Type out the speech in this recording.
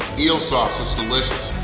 eel sauce it's delicious!